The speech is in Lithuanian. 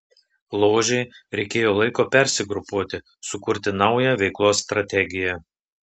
ložei reikėjo laiko persigrupuoti sukurti naują veiklos strategiją